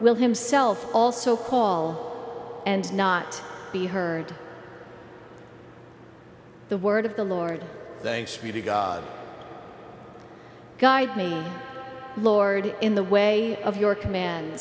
will himself also call and not be heard the word of the lord thanks be to god guide me lord in the way of your commands